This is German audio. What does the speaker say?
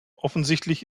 offensichtlich